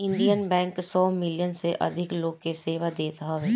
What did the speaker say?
Indian Bank सौ million से अधिक लोग के सेवा देत हवे